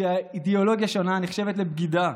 שאידיאולוגיה שונה נחשבת לבגידה,